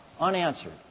unanswered